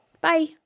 Bye